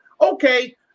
Okay